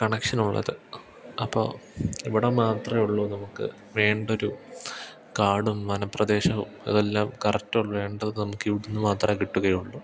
കണക്ഷനൊള്ളത് അപ്പോൾ ഇവിടെ മാത്രമേ ഉള്ളൂ നമുക്ക് വേണ്ടൊരു കാടും വനപ്രദേശവും ഇതെല്ലാം കറക്റ്റ് വേണ്ടത് നമുക്ക് ഇവിടുന്ന് മാത്രമേ കിട്ടുകയുള്ളൂ